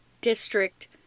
District